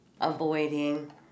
avoiding